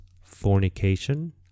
fornication